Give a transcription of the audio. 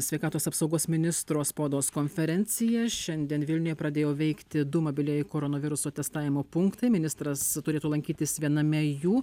sveikatos apsaugos ministro spaudos konferencija šiandien vilniuje pradėjo veikti du mobilieji koronaviruso testavimo punktai ministras turėtų lankytis viename jų